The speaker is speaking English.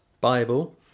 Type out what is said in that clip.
Bible